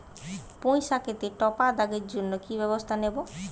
পুই শাকেতে টপা দাগের জন্য কি ব্যবস্থা নেব?